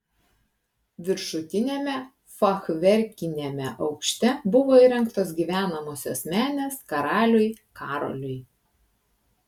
viršutiniame fachverkiniame aukšte buvo įrengtos gyvenamosios menės karaliui karoliui